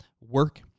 work